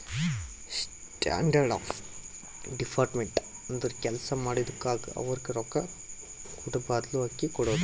standard of deferred payment ಅಂದುರ್ ಕೆಲ್ಸಾ ಮಾಡಿದುಕ್ಕ ಅವ್ರಗ್ ರೊಕ್ಕಾ ಕೂಡಾಬದ್ಲು ಅಕ್ಕಿ ಕೊಡೋದು